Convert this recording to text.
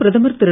பிரதமர் திரு